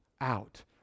out